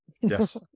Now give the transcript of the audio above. Yes